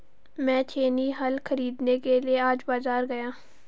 मैं छेनी हल खरीदने के लिए आज बाजार गया